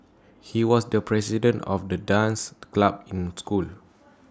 he was the president of the dance club in my school